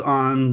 on